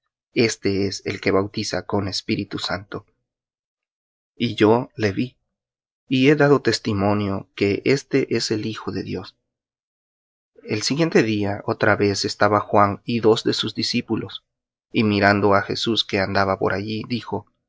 éste es el que bautiza con espíritu santo y yo vi y he dado testimonio que éste es el hijo de dios el siguiente día otra vez estaba juan y dos de sus discípulos y mirando á jesús que andaba por dijo